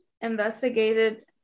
investigated